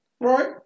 Right